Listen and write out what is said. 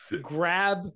grab